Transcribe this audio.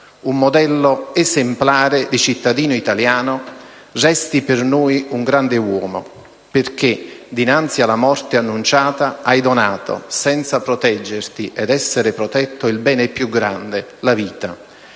un modello esemplare di cittadino italiano. Resti per noi un grande uomo, perché dinanzi alla morte annunciata hai donato senza proteggerti ed essere protetto il bene più grande, la vita,